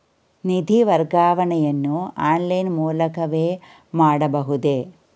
ನಿಧಿ ವರ್ಗಾವಣೆಯನ್ನು ಆನ್ಲೈನ್ ಮೂಲಕವೇ ಮಾಡಬಹುದೇ?